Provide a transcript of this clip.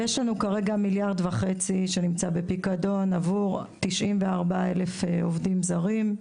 יש לנו כרגע מיליארד וחצי שנמצא בפיקדון עבור 94,000 עובדים זרים.